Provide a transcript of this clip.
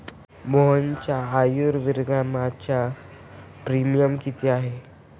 मोहनच्या आयुर्विम्याचा प्रीमियम किती आहे?